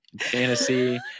fantasy